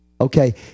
Okay